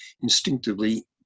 instinctively